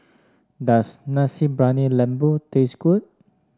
does Nasi Briyani Lembu taste good